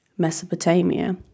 mesopotamia